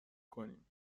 کنیم